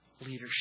leadership